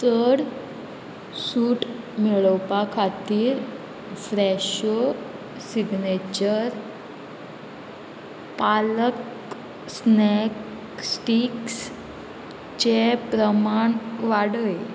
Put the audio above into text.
चड सूट मेळोवपा खातीर Fresho signature palak snack sticks चें प्रमाण वाडय